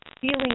feeling